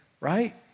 right